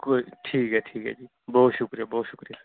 कोई नी ठीक ऐ ठीक ऐ जी बोह्त शुक्रिया बोह्त शुक्रिया